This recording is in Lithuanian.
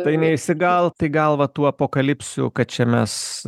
tai neįsigalt į galvą tuo apokalipsių kad čia mes